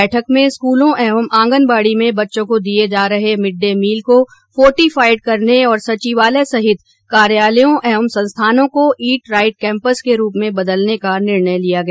बैठक में स्कूलों एवं आंगनबाड़ी में बच्चों को दिए जा रहे मिड डे मील को फोर्टिफाइड करने और सचिवालय सहित अन्य कार्यालयों एवं संस्थानों को ईट राइट कैम्पस के रूप में बदलने का निर्णय लिया गया